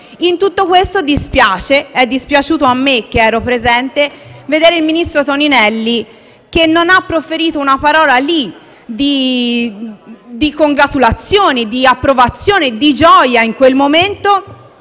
In tutto questo, dispiace - è dispiaciuto a me che ero presente - vedere il ministro Toninelli che non ha proferito una parola di congratulazioni, approvazione e gioia in quel momento